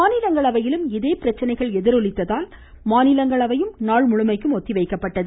மாநிலங்களவையிலும் இதே பிரச்சினைகள் எதிரொலித்ததால் அவை நாள் முழுமைக்கும் ஒத்திவைக்கப்பட்டது